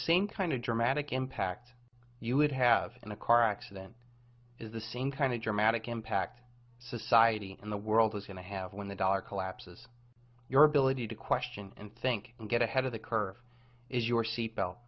same kind of dramatic impact you would have in a car accident is the same kind of dramatic impact society in the world is going to have when the dollar collapses your ability to question and think and get ahead of the curve is your seatbelt